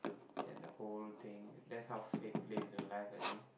then the whole thing that's how fate plays in your life I think